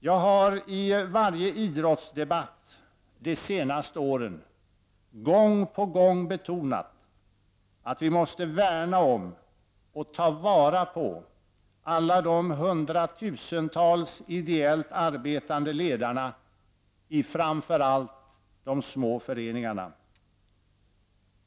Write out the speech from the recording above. Jag har i varje idrottsdebatt de senaste åren gång på gång betonat att vi måste värna om och ta vara på alla de hundratusentals ideellt arbetande ledarna i framför allt de små föreningarna.